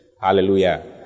Hallelujah